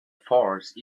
force